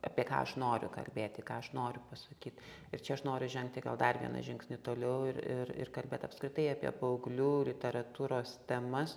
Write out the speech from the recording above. apie ką aš noriu kalbėti ką aš noriu pasakyt ir čia aš noriu žengti gal dar vieną žingsnį toliau ir ir ir kalbėt apskritai apie paauglių literatūros temas